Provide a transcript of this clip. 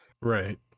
Right